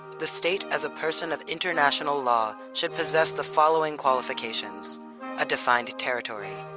the state as a person of international law should possess the following qualifications a defined territory,